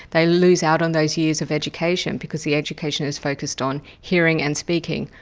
they lose out on those years of education because the education is focused on hearing and speaking,